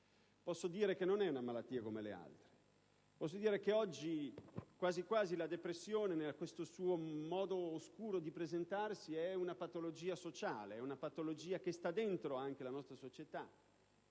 posso dire che non è una malattia come le altre; posso dire che oggi la depressione, in questo suo modo oscuro di presentarsi, è quasi una patologia sociale, una patologia che sta dentro la nostra società.